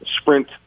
sprint